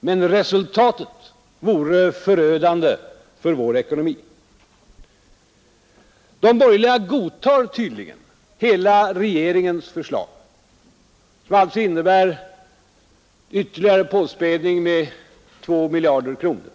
Men resultatet vore förödande för vår ekonomi. De borgerliga godtar tydligen hela regeringens förslag som innebär ytterligare påspädning med ungefär 2 miljarder kronor.